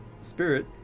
spirit